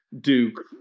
Duke